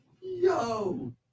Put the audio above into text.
Yo